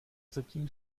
zatím